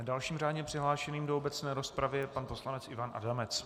Dalším řádně přihlášeným do obecné rozpravy je pan poslanec Ivan Adamec.